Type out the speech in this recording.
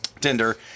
Tinder